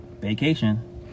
Vacation